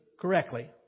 correctly